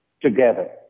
together